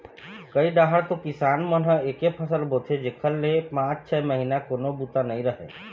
कइ डाहर तो किसान मन ह एके फसल बोथे जेखर ले पाँच छै महिना कोनो बूता नइ रहय